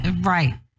Right